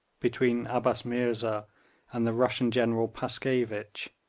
between abbas meerza and the russian general paskevitch,